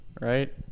right